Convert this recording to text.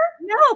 No